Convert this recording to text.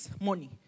money